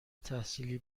تحصیلی